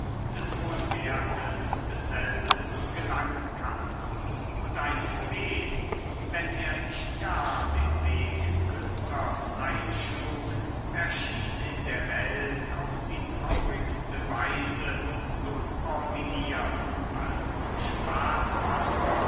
des hohen wertes desselben gelangen kann und ein poet wenn er nicht gar den weg günthers einschlug erschien in der welt auf die traurigste weise subordiniert als